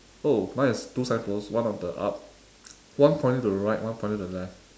oh mine is two signpost one on the up one pointing to the right one pointing to the left